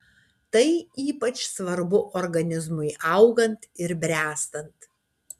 tai ypač svarbu organizmui augant ir bręstant